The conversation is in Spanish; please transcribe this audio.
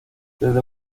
desde